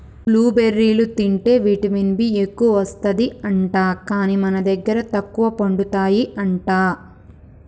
blue బెర్రీలు తింటే vitamin B ఎక్కువస్తది అంట, కానీ మన దగ్గర తక్కువ పండుతాయి అంట